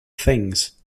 things